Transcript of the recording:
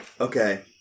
Okay